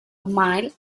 mile